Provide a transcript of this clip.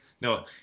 No